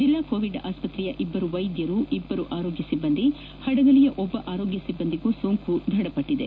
ಜಿಲ್ಲಾ ಕೋವಿಡ್ ಆಸ್ಪತ್ರೆಯ ಇಬ್ದರು ವೈದ್ಯರು ಇಬ್ಬರು ಆರೋಗ್ಯ ಸಿಬ್ಬಂದಿ ಹಡಗಲಿಯ ಒಬ್ಬ ಆರೋಗ್ಯ ಸಿಬ್ಬಂದಿಗೂ ಸೋಂಕು ದೃಢಪಟ್ಟದೆ